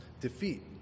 defeat